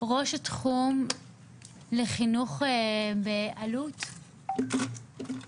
ראש תחום לחינוך באלו"ט דיאנה בארון לא נמצאת,